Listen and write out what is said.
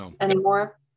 anymore